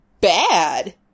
bad